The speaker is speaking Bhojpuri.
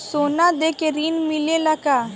सोना देके ऋण मिलेला का?